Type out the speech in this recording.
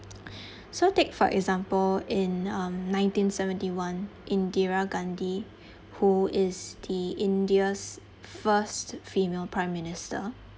so take for example in um nineteen seventy one indira gandhi who is the india's first female prime minister